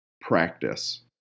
practice